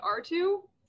R2